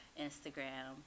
Instagram